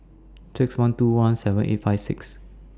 six one two one seven eight five six